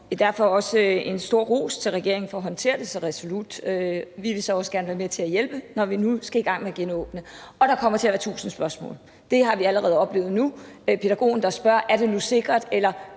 jeg også give en stor ros til regeringen for at håndtere det så resolut. Vi vil så også gerne være med til at hjælpe, når vi nu skal i gang med at genåbne. Og der kommer til at være tusind spørgsmål, det har vi allerede oplevet nu; pædagogen, der spørger: Er det nu sikkert?